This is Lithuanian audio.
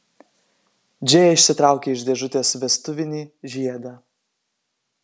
džėja išsitraukė iš dėžutės vestuvinį žiedą